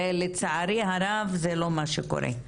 ולצערי הרב זה לא מה שקורה.